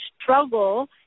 struggle